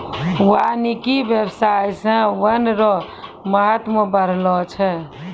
वानिकी व्याबसाय से वन रो महत्व बढ़लो छै